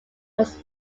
his